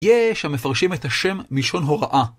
יש המפרשים את השם מלשון הוראה.